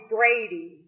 Brady